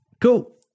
cool